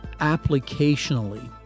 applicationally